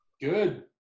Good